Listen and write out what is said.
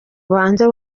ubanze